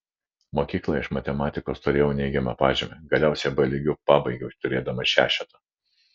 mokykloje iš matematikos turėjau neigiamą pažymį galiausiai b lygiu pabaigiau turėdamas šešetą